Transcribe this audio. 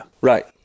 Right